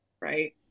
right